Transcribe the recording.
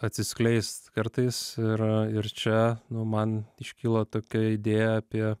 atsiskleist kartais ir ir čia nu man iškyla tokia idėja apie